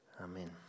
Amen